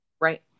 Right